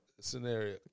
scenario